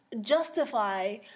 justify